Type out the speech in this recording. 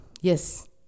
Yes